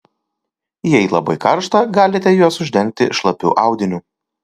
jei labai karšta galite juos uždengti šlapiu audiniu